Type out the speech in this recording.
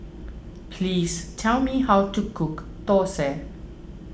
please tell me how to cook Dosa